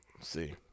see